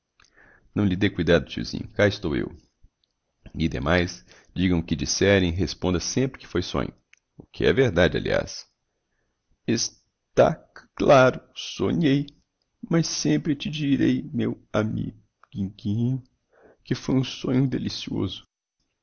não lhe dê cuidado tiozinho cá estou eu e demais digam o que disserem responda sempre que foi sonho o que é verdade aliás es tá c claro sonhei mas sempre te direi meu a mi miguinho que foi um sonho delicioso